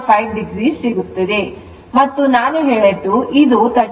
5o ಸಿಗುತ್ತಿದೆ ಮತ್ತು ನಾನು ಹೇಳಿದ್ದು ಇದು 30